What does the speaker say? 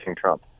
Trump